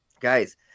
guys